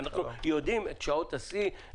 ואנחנו יודעים את שעות השיא.